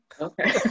Okay